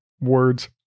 words